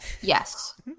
Yes